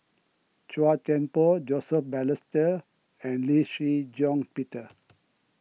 Chua Thian Poh Joseph Balestier and Lee Shih Shiong Peter